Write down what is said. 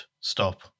stop